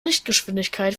lichtgeschwindigkeit